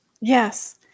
Yes